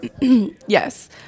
Yes